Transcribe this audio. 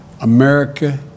america